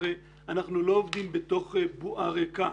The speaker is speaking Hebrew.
הרי אנחנו לא עובדים בתוך בועה ריקה.